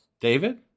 David